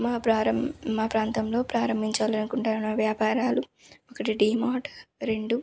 మా ప్రారం ప్రాంతంలో ప్రారంభించాలనుకుంటున్న వ్యాపారాలు ఒకటి డీ మార్ట్ రెండు